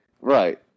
right